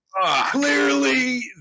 Clearly